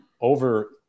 over